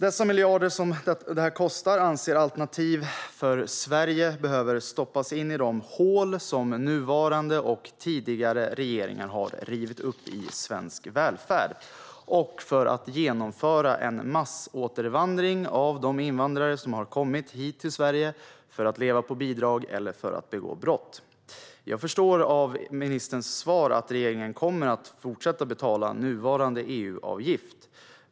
Dessa miljarder som detta kostar anser Alternativ för Sverige behöver stoppas in i de hål som nuvarande och tidigare regeringar har rivit upp i svensk välfärd och för att genomföra en massåtervandring av de invandrare som har kommit hit till Sverige för att leva på bidrag eller för att begå brott. Jag förstår av ministerns svar att regeringen kommer att fortsätta betala nuvarande EU-avgift.